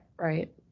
right